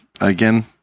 again